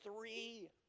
three